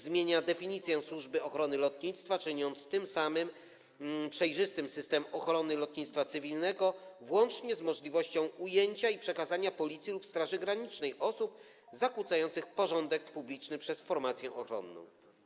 Zmienia definicję służby ochrony lotnictwa, czyniąc tym samym przejrzystym system ochrony lotnictwa cywilnego, włącznie z możliwością ujęcia i przekazania Policji lub Straży Granicznej osób zakłócających porządek publiczny przez formację ochronną.